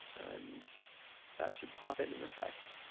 and that should pop in in a sec.